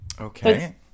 Okay